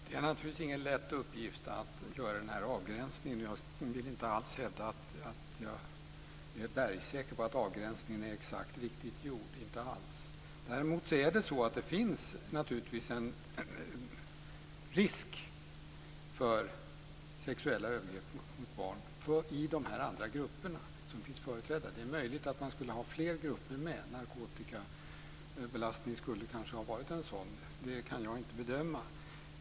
Fru talman! Det är naturligtvis ingen lätt uppgift att göra den här avgränsningen och jag vill inte alls hävda att jag är bergsäker på att avgränsningen är exakt riktigt gjord - inte alls. Däremot är det så att det naturligtvis finns en risk för sexuella övergrepp mot barn i de grupper som finns företrädda. Det är möjligt att man skulle ha fler grupper med. Narkotikabelastning skulle kanske ha varit en sådan. Det kan jag inte bedöma.